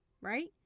right